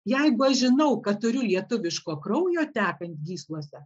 jeigu aš žinau kad turiu lietuviško kraujo tekant gyslose